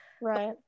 Right